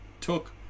took